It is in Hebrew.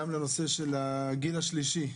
גם לנושא של הגיל השלישי.